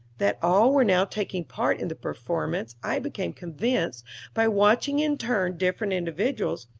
that all were now taking part in the performance i became convinced by watching in turn different individuals,